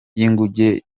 yazutse